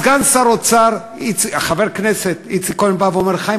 וסגן שר האוצר חבר הכנסת איציק כהן בא ואמר: חיים,